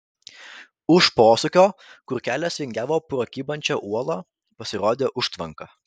už posūkio kur kelias vingiavo pro kybančią uolą pasirodė užtvanka